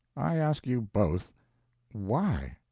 i ask you both why?